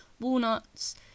walnuts